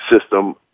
system